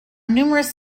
numerous